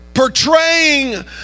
portraying